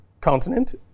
continent